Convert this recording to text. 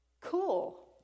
Cool